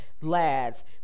Lads